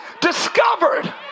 discovered